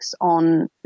on